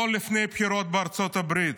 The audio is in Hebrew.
לא לפני הבחירות בארצות הברית.